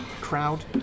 crowd